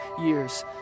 years